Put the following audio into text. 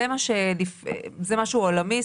זה משהו עולמי.